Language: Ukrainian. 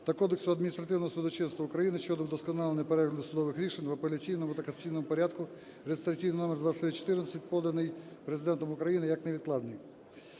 та Кодексу адміністративного судочинства України щодо удосконалення перегляду судових рішень в апеляційному та касаційному порядку (реєстраційний номер 2114), поданий Президентом України як невідкладний.